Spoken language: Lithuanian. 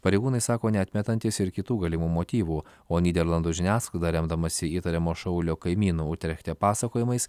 pareigūnai sako neatmetantys ir kitų galimų motyvų o nyderlandų žiniasklaida remdamasi įtariamo šaulio kaimynų utrechte pasakojimais